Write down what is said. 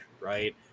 right